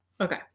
Okay